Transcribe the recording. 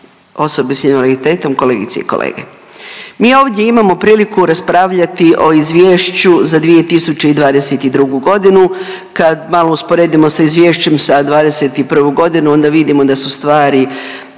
osobe s invaliditetom, kolegice i kolege. Mi ovdje imamo priliku raspravljati o izvješću za 2022.g., kad malo usporedimo sa izvješćem za '21.g. onda vidimo da su stvari